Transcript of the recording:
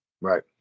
Right